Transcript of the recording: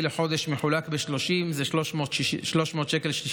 לחודש מחולק ב-30 זה 300.61 שקלים.